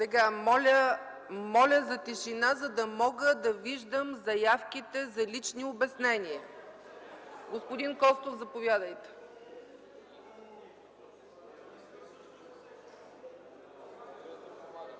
Моля за тишина, за да мога да виждам заявките за лични обяснения. Господин Костов, заповядайте.